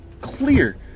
clear